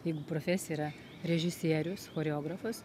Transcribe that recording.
jeigu profesija yra režisierius choreografas